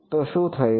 તો શું થયુ